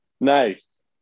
Nice